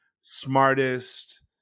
smartest